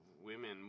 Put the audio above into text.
women